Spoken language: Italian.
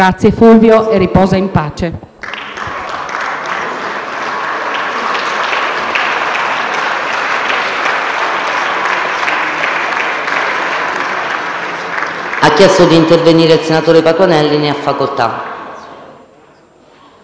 Grazie Fulvio e riposa in pace.